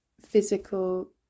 physical